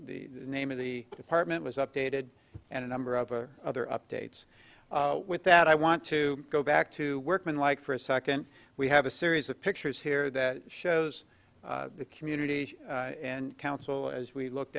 the name of the department was updated and a number of other updates with that i want to go back to work on like for a second we have a series of pictures here that shows the community and council as we look